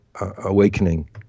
awakening